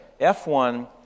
F1